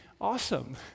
awesome